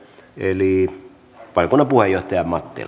eli paita nobuo johtaja matti